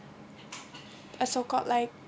a so called like